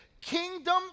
kingdom